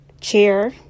chair